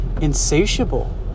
insatiable